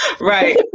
Right